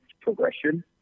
progression